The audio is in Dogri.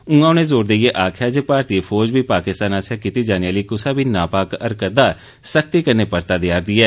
उआं उनें जोर देईये आक्खेया जे भारतीय फौज बी पाकिस्तान आस्सेआ कीती जाने आहली कूसै बी नापाक हरकत दा सख्ती कन्ने परता देया'रदी ऐ